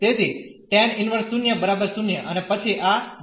તેથી અને પછી આ dx